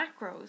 macros